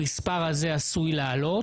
המספר הזה עשוי לעלות.